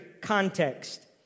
context